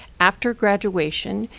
after graduation,